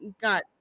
got